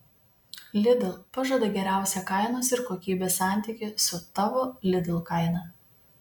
lidl pažada geriausią kainos ir kokybės santykį su tavo lidl kaina